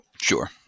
Sure